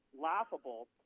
laughable